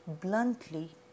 bluntly